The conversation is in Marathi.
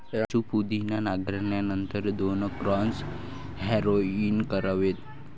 राजू पुदिना नांगरल्यानंतर दोन क्रॉस हॅरोइंग करावेत